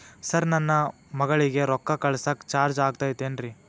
Sir ನನ್ನ ಮಗಳಗಿ ರೊಕ್ಕ ಕಳಿಸಾಕ್ ಚಾರ್ಜ್ ಆಗತೈತೇನ್ರಿ?